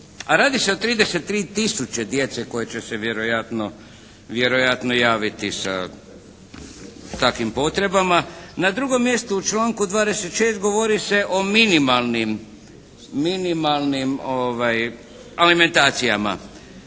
a radi se o 33 tisuće djece koja će se vjerojatno javiti sa takvim potrebama. Na drugom mjestu u članku 26. govori se o minimalnim alimentacijama.